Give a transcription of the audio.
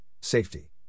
safety